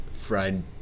fried